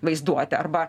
vaizduoti arba